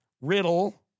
riddle